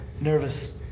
Nervous